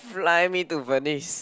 fly to Venice